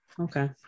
Okay